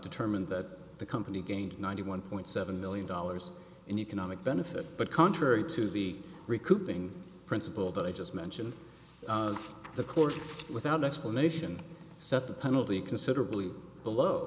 determined that the company gained ninety one point seven million dollars in economic benefit but contrary to the recouping principle that i just mentioned the course without explanation set the penalty considerably below